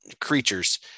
creatures